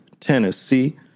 Tennessee